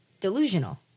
Delusional